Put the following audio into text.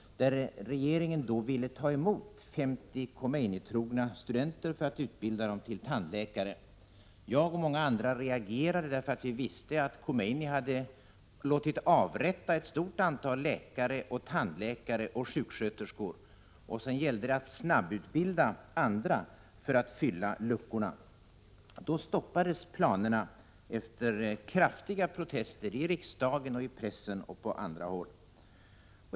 Då ville regeringen ta emot 50 Khomeini-trogna studenter för att utbilda dem till tandläkare. Jag, och många andra, reagerade. Vi visste att Khomeini hade låtit avrätta ett stort antal läkare, tandläkare och sjuksköterskor. Det gällde nu att snabbutbilda andra för att fylla luckorna. Planerna stoppades, efter kraftiga protester i riksdagen, i pressen och även på andra håll.